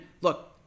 look